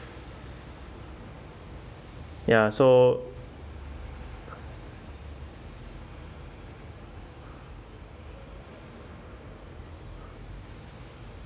ya so